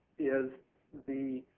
is the